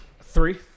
Three